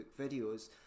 videos